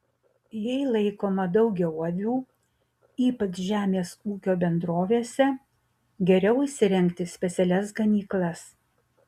jei laikoma daugiau avių ypač žemės ūkio bendrovėse geriau įsirengti specialias ganyklas